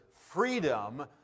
freedom